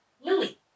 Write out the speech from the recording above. lily